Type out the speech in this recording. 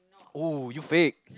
oh you fake